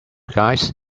guys